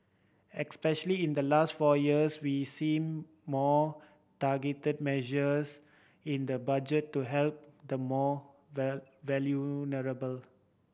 especially in the last four years we seen more targeted measures in the Budget to help the more vulnerable